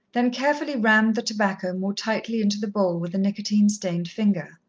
then carefully rammed the tobacco more tightly into the bowl with a nicotine-stained finger.